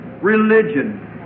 religion